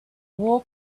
war